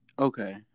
Okay